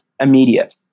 immediate